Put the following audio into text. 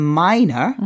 minor